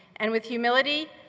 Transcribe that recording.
and with humility,